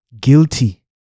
guilty